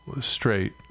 straight